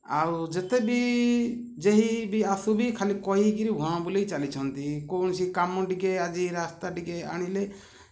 ଆଉ ଯେତେବି ଯିଏ ବି ଆସୁବି ଖାଲି କହିକିରି ଭୁଆଁ ବୁଲେଇ ଚାଲିଛନ୍ତି କୌଣସି କାମ ଟିକେ ଆଜି ରାସ୍ତା ଟିକେ ଆଣିଲେ